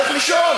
לך לישון.